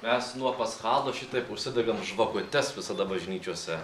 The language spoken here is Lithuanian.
mes nuo paschalo šitaip užsidegam žvakutes visada bažnyčiose